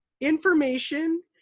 information